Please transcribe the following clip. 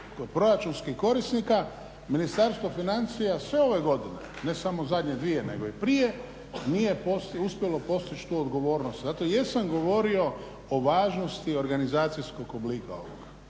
kod proračunskih korisnika Ministarstvo financija sve ove godine, ne samo zadnje dvije nego i prije, nije uspjelo postići tu odgovornost. Zato i jesam govorio o važnosti organizacijskog oblika ovoga.